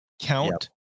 count